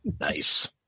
Nice